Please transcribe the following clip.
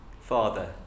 Father